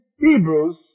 Hebrews